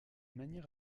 manière